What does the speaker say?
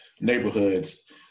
neighborhoods